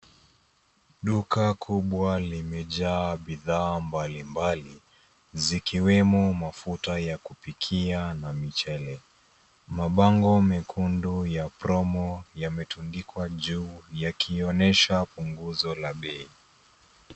Duka kubwa limejaa bidhaa mbalimbali, zikiwemo mafuta ya kupikia na michele. Mabango mekundu ya promo yametundikwa juu yakionyesha punguzo la bei.